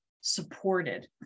supported